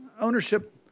ownership